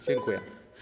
Dziękuję.